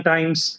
Times